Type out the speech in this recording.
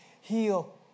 heal